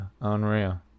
unreal